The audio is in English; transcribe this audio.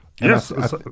Yes